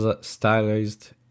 stylized